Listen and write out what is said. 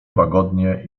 łagodnie